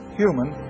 human